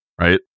right